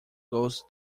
goes